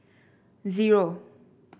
zero